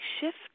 shift